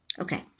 Okay